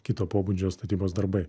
kito pobūdžio statybos darbai